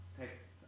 text